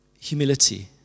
humility